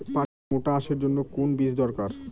পাটের মোটা আঁশের জন্য কোন বীজ দরকার?